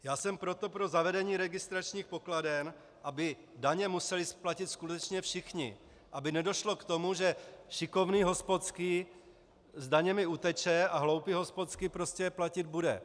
Já jsem proto pro zavedení registračních pokladen, aby daně museli platit skutečně všichni, aby nedošlo k tomu, že šikovný hospodský s daněmi uteče a hloupý hospodský je prostě platit bude.